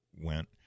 went